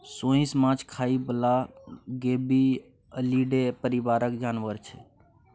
सोंइस माछ खाइ बला गेबीअलीडे परिबारक जानबर छै